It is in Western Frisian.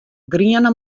griene